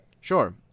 Sure